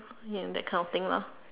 ya and that kind of thing lah